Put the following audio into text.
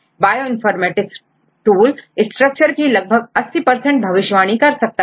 bioinformatics tool structure की लगभग 80 भविष्यवाणी कर सकता है